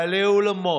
בעלי אולמות,